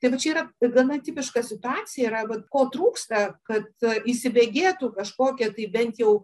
taigi čia yra gana tipiška situacija yra vat ko trūksta kad įsibėgėtų kažkokia tai bent jau